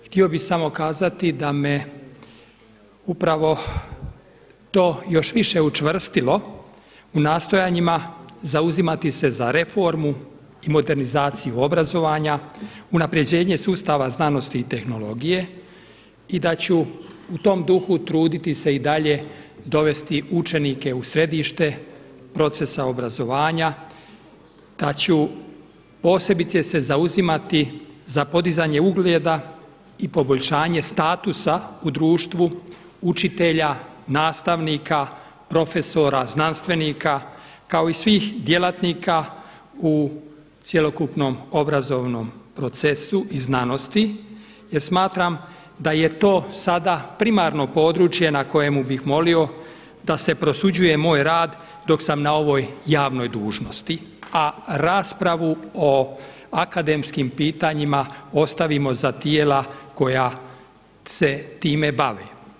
Htio bih samo kazati da me upravo to još više učvrstilo u nastojanjima zauzimati se za reformu i modernizaciju obrazovanja, unapređenje sustava znanosti i tehnologije i da ću u tom duhu truditi se i dalje dovesti učenike u središte procesa obrazovanja, da ću posebice se zauzimati za podizanje ugleda i poboljšanje statusa u društvu učitelja, nastavnika, profesora, znanstvenika kao i svih djelatnika u cjelokupnom obrazovnom procesu i znanosti, jer smatram da je to sada primarno područje na kojemu bih molio da se prosuđuje moj rad dok sam na ovoj javnoj dužnosti, a raspravu o akademskim pitanjima ostavimo za tijela koja se time bave.